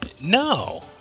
no